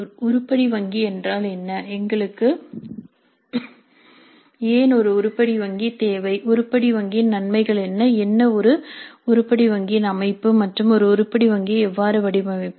உருப்படி வங்கி என்றால் என்ன எங்களுக்கு ஏன் ஒரு உருப்படி வங்கி தேவை உருப்படி வங்கியின் நன்மைகள் என்ன என்ன ஒரு உருப்படி வங்கியின் அமைப்பு மற்றும் ஒரு உருப்படி வங்கியை எவ்வாறு வடிவமைப்பது